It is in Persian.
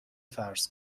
فرض